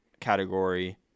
category